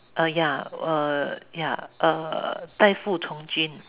uh ya uh ya uh 代父从军